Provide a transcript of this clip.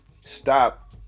stop